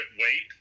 wait